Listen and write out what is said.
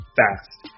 fast